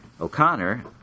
O'Connor